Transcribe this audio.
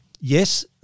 yes